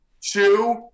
two